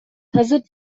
تازه